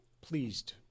pleased